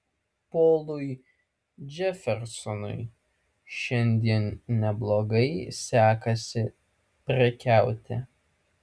polui džefersonui šiandien neblogai sekasi prekiauti